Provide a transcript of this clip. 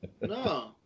No